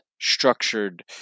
structured